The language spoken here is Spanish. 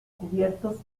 cubiertos